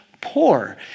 poor